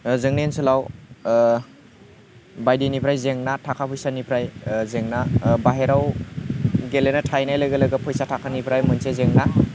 जोंनि ओनसोलाव बायदिनिफ्राय जेंना थाखा फैसानिफ्राय जेंना बाहेराव गेलेनो थाहैनाय लोगो लोगो फैसा थाखानिफ्राय मोनसे जेंना